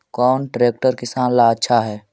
कौन ट्रैक्टर किसान ला आछा है?